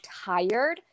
tired